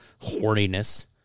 horniness